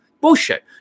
bullshit